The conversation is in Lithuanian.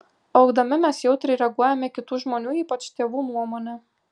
augdami mes jautriai reaguojame į kitų žmonių ypač tėvų nuomonę